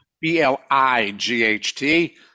B-L-I-G-H-T